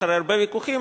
אחרי הרבה ויכוחים,